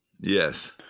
Yes